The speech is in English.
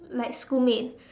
like schoolmates